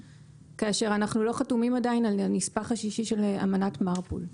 כאשר אנחנו לא חתומים עדיין על הנספח השישי של אמנת מרפול.